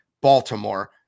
Baltimore